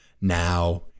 now